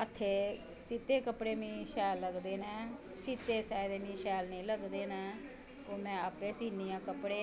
बत्थें सीते दे कपड़े मिगी शैल लगदे नै सीते स्याए दे शैल नी लगदे नै ओह् में अप्पैं सानी आं कपड़े